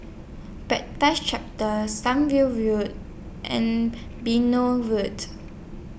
chapter Sunview View and Benoi Road